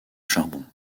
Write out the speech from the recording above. charbon